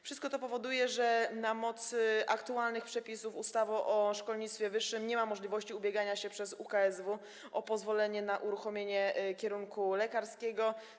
Wszystko to powoduje, że na mocy aktualnych przepisów ustawy o szkolnictwie wyższym nie ma możliwości ubiegania się przez UKSW o pozwolenie na uruchomienie kierunku lekarskiego.